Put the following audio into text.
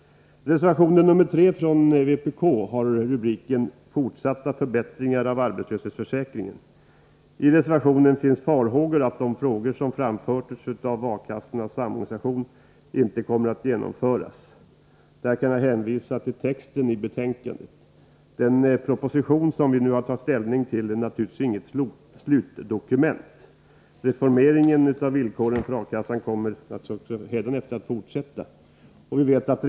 Reservationen nr 3 från vpk har rubriken Fortsatta förbättringar av arbetslöshetsförsäkringen. I reservationen uttalas farhågor för att de förslag som framförts av A-kassornas Samorganisation inte kommer att genomföras. Jag kan där hänvisa till texten i betänkandet. Den proposition som vi nu har att ta ställning till är naturligtvis inte något slutdokument. Reformeringen av villkoren för A-kassan kommer givetvis att fortsätta även hädanefter.